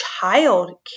child